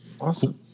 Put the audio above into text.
Awesome